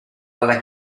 alla